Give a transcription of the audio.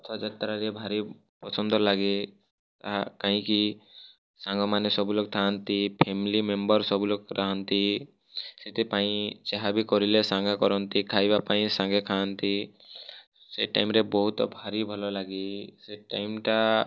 ରଥଯାତ୍ରାରେ ଭାରି ପସନ୍ଦ ଲାଗେ ଆ କାହିଁକି ସାଙ୍ଗମାନେ ସବୁ ଲୋକ ଥାଆନ୍ତି ଫ୍ୟାମିଲି ମେମ୍ବର ସବୁ ଲୋକ ରହନ୍ତି ସେଥିପାଇଁ ଯାହା ବି କରିଲେ ସାଙ୍ଗେ କରନ୍ତି ଖାଇବା ପାଇଁ ସାଙ୍ଗେ ଖାଆନ୍ତି ସେ ଟାଇମରେ ବହୁତ ଭାରି ଭଲ ଲାଗେ ସେ ଟାଇମଟା